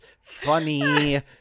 Funny